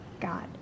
God